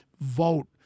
vote